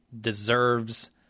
deserves